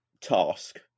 task